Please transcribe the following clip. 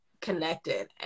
connected